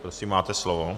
Prosím, máte slovo.